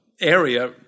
area